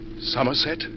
Somerset